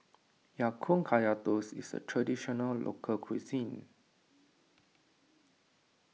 Ya Kun Kaya Toast is a Traditional Local Cuisine